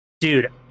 dude